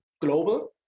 global